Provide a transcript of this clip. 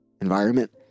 environment